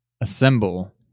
assemble